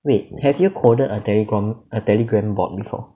wait have you coded a Telegram a Telegram bot before